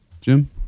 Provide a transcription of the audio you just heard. Jim